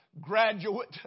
graduate